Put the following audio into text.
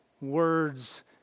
words